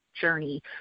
journey